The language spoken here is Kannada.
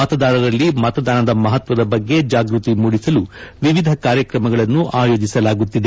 ಮತದಾರರಲ್ಲಿ ಮತದಾನದ ಮಹತ್ವದ ಬಗ್ಗೆ ಜಾಗ್ಟತಿ ಮೂಡಿಸಲು ವಿವಿಧ ಕಾರ್ಯಕ್ರಮಗಳನ್ನು ಆಯೋಜಿಸಲಾಗುತ್ತಿದೆ